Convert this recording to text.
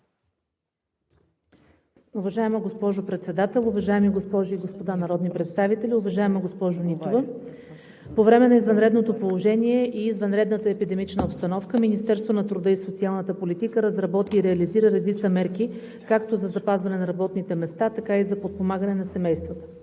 Уважаема госпожо Председател, уважаеми госпожи и господа народни представители! Уважаема госпожо Нитова, по време на извънредното положение и извънредната епидемична обстановка Министерството на труда и социалната политика разработи и реализира редица мерки както за запазване на работните места, така и за подпомагане на семействата.